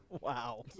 Wow